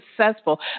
successful